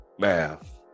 Math